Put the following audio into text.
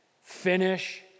Finish